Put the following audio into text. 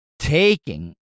taking